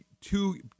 two